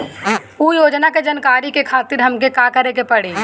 उ योजना के जानकारी के खातिर हमके का करे के पड़ी?